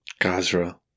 Gazra